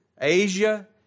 Asia